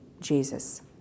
Jesus